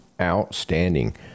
Outstanding